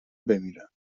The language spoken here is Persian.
بمیرم